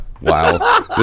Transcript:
wow